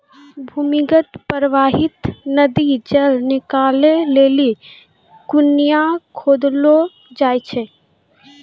भूमीगत परबाहित नदी जल निकालै लेलि कुण्यां खोदलो जाय छै